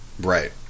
Right